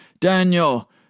Daniel